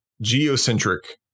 geocentric